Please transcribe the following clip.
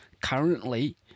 currently